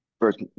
first